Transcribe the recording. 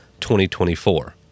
2024